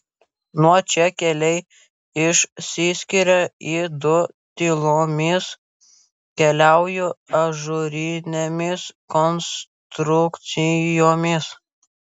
nuo čia keliai išsiskiria į du tylomis keliauju ažūrinėmis konstrukcijomis